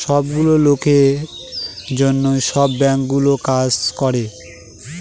সব গুলো লোকের জন্য সব বাঙ্কগুলো কাজ করে